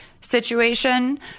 situation